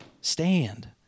stand